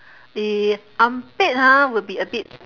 the unpaid ha will be a bit